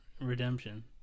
redemption